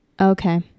Okay